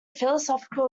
philosophical